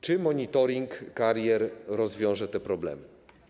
Czy monitoring karier rozwiąże te problemy?